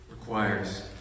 requires